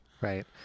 Right